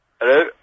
Hello